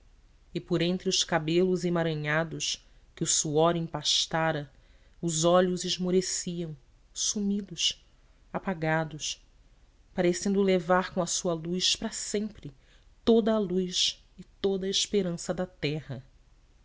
e por entre os cabelos emaranhados que o suor empastara os olhos esmoreciam sumidos apagados parecendo levar com a sua luz para sempre toda a luz e toda a esperança da terra